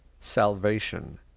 salvation